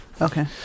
Okay